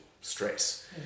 stress